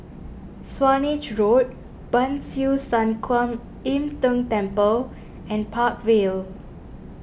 Swanage Road Ban Siew San Kuan Im Tng Temple and Park Vale